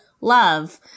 Love